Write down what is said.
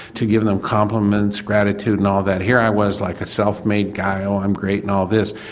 to give them compliments, gratitude and all that. here i was like a self-made guy, oh i'm great and all this,